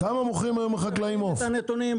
בכמה מוכרים היום החקלאים עוף?